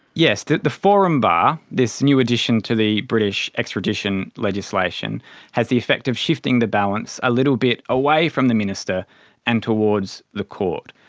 yes, the the forum bar, this new edition to the british extradition legislation has the effect of shifting the balance a little bit away from the minister and towards the court.